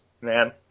man